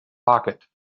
pocket